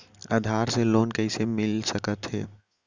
आधार से लोन कइसे मिलिस सकथे?